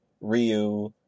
Ryu